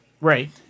Right